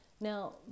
Now